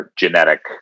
genetic